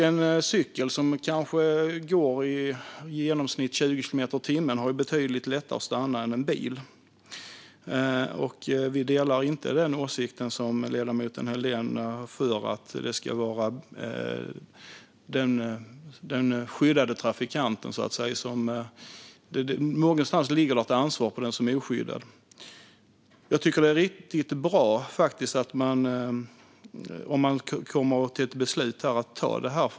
En cykel, som kanske går i 20 kilometer i timmen i genomsnitt, har ju betydligt lättare att stanna än vad en bil har. Vi delar inte den åsikt som ledamoten Helldén för fram när det gäller den skyddade trafikanten - någonstans ligger det ett ansvar på den som är oskyddad. Om man kommer till ett beslut tycker jag att detta beslut är riktigt bra.